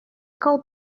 called